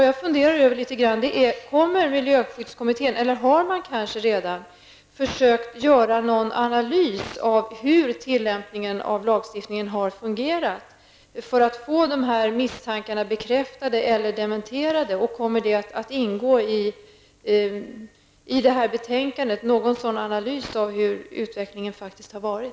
Jag undrar därför: Kommer miljöskyddskommittén att göra någon analys av hur tillämpningen av lagstiftningen har fungerat, eller har man kanske redan gjort en sådan? Man skulle på så sätt kunna få dessa misstankar bekräftade eller dementerade. Och kommer det i betänkandet att ingå någon analys av hurdan utvecklingen faktiskt har varit?